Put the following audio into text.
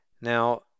Now